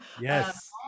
Yes